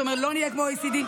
אתה אומר: לא נהיה כמו ה-OECD.